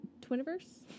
twiniverse